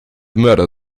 mörder